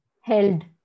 held